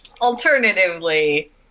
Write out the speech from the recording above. Alternatively